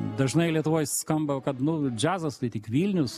dažnai lietuvoj skamba kad nu džiazas tai tik vilnius